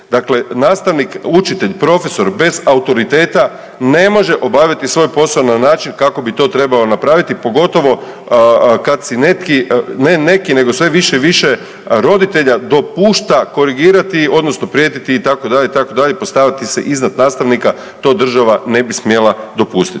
Dakle, nastavnik, učitelj i profesor bez autoriteta ne može obaviti svoj posao na način kako bi to trebao napraviti pogotovo kad si neki, ne neki nego sve više i više roditelja dopušta korigirati odnosno prijetiti itd., itd., postavljati se iznad nastavnika, to država ne bi smjela dopustiti.